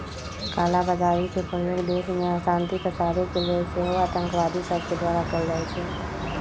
कला बजारी के प्रयोग देश में अशांति पसारे के लेल सेहो आतंकवादि सभके द्वारा कएल जाइ छइ